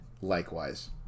Likewise